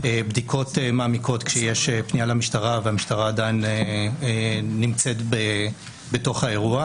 בדיקות מעמיקות כשיש פנייה למשטרה והמשטרה עדיין נמצאת בתוך האירוע.